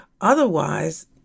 Otherwise